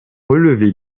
relever